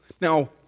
Now